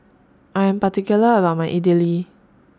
I Am particular about My Idili